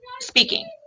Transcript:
speaking